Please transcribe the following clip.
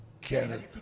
Canada